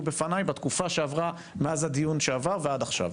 בפניי בתקופה שעברה מאז הדיון שעבר ועד כה,